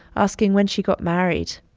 asking when she got married,